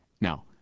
Now